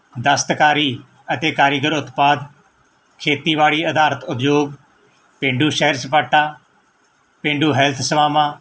ਦਸਤਕਾਰੀ ਅਤੇ ਕਾਰੀਗਰ ਉਤਪਾਦ ਖੇਤੀਬਾੜੀ ਅਧਾਰਤ ਉਦਯੋਗ ਪੇਂਡੂ ਸੈਰ ਸਪਾਟਾ ਪੇਂਡੂ ਹੈਲਥ ਸੇਵਾਵਾਂ